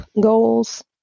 goals